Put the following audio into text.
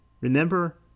remember